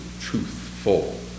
truthful